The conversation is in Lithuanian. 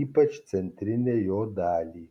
ypač centrinę jo dalį